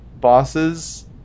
bosses